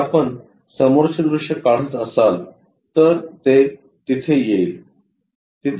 जर आपण समोरचे दृश्य काढत असाल तर हे तिथे येईल